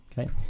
Okay